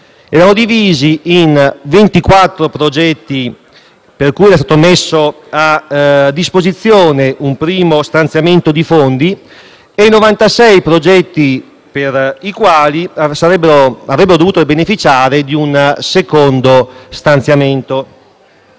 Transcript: Erano divisi in 24 progetti per cui era stato messo a disposizione un primo stanziamento di fondi e 96 progetti che avrebbero dovuto beneficiare di un secondo stanziamento.